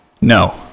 No